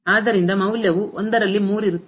ಆದ್ದರಿಂದ ಮೌಲ್ಯವು ರಲ್ಲಿ ಇರುತ್ತದೆ